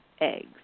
eggs